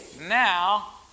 now